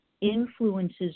influences